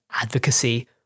advocacy